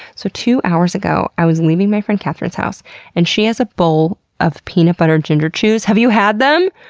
so two hours ago, i was leaving my friend catherine's house and she has a bowl of peanut butter ginger chews. have you had them?